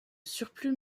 surplus